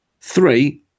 Three